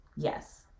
Yes